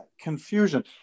confusion